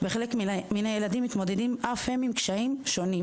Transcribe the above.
וחלק מהילדים מתמודדים גם עם קשיים שונים.